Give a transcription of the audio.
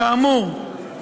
כאמור,